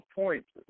points